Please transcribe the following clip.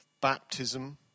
baptism